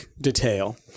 detail